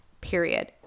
period